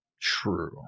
True